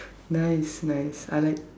nice nice I like